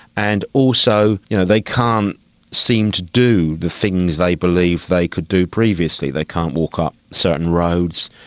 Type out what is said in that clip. and also you know they can't seem to do the things they believed they could do previously, they can't walk up certain roads,